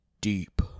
deep